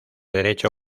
derecho